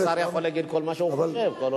האמת היא שהשר יכול להגיד כל מה שהוא חושב כל עוד,